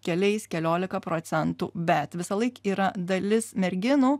keliais keliolika procentų bet visąlaik yra dalis merginų